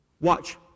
Watch